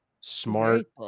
Smart